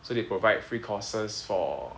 so they provide free courses for